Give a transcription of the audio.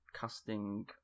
casting